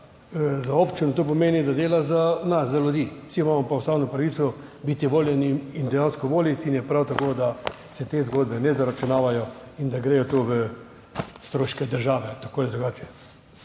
za občino, to pomeni, da dela za nas, za ljudi, vsi pa imamo ustavno pravico biti voljeni in dejansko voliti in je prav tako, da se te zgodbe ne zaračunavajo in da gre to v stroške države tako ali